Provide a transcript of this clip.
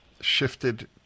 shifted